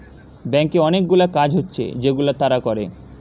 ব্যাংকে অনেকগুলা কাজ হচ্ছে যেগুলা তারা করে